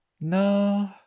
No